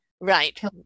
Right